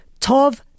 tov